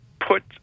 put